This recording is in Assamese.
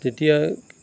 যেতিয়া